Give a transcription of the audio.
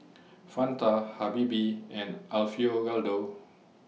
Fanta Habibie and Alfio Raldo